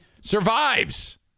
survives